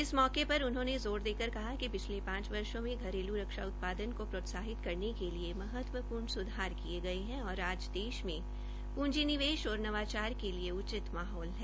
इस मौके पर उन्होंने ज़ोर देकर कहा कि पिछले पांच वर्षो में घरेल् रक्षा उत्पादन को प्रोत्साहित करने के लिए महत्वपूर्ण सुधार किये गये है और आज देश में पंजी निवेश और नवाचार के लिए उचित माहौल है